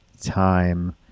time